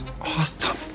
awesome